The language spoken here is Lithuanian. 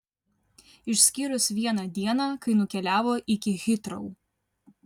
išskyrus vieną dieną kai nukeliavo iki hitrou